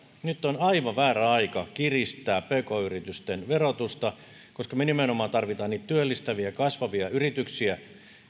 nyt on aivan väärä aika kiristää pk yritysten verotusta koska me tarvitsemme nimenomaan niitä työllistäviä kasvavia yrityksiä